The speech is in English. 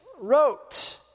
wrote